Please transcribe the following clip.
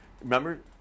Remember